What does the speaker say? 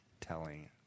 telling